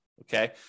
Okay